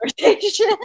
conversation